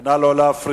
נא לא להפריע.